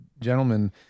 gentlemen